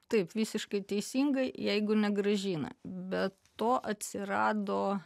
taip visiškai teisingai jeigu negrąžina be to atsirado